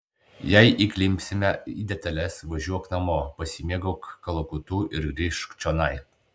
jei įklimpsime į detales važiuok namo pasimėgauk kalakutu ir grįžk čionai